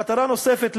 מטרה נוספת,